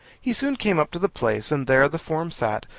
he soon came up to the place, and there the form sat,